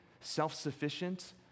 self-sufficient